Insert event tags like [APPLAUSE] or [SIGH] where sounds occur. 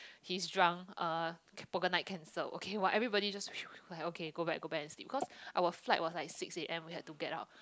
he's drunk uh poker night cancelled okay !wah! everybody just [NOISE] like okay go back go back sleep cause our flight was like six A_M we have to get up